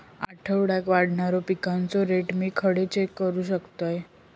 आठवड्याक वाढणारो पिकांचो रेट मी खडे चेक करू शकतय?